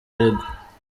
aregwa